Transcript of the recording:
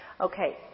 Okay